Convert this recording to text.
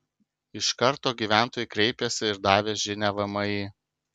iš karto gyventojai kreipėsi ir davė žinią vmi